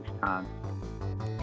time